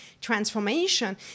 transformation